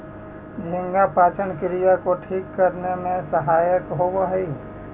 झींगा पाचन क्रिया को ठीक करने में सहायक होवअ हई